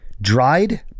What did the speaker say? Dried